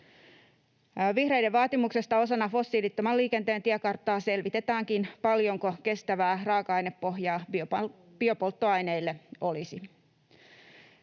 Vihreiden vaatimuksesta osana fossiilittoman liikenteen tiekarttaa selvitetäänkin, paljonko kestävää raaka-ainepohjaa biopolttoaineille olisi.